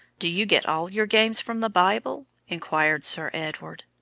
do you get all your games from the bible? inquired sir edward.